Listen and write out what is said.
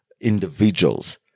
individuals